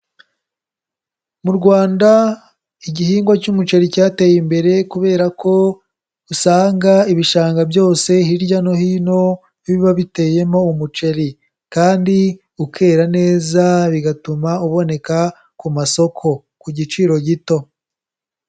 Mu Rwanda igihingwa cy'umuceri cyateye imbere kubera ko usanga ibishanga byose hirya no hino, biba biteyemo umuceri kandi ukera neza, bigatuma uboneka ku masoko ku giciro gito.